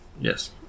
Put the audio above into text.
Yes